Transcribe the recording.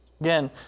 Again